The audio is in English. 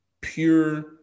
pure